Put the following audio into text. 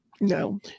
No